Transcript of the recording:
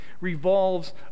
revolves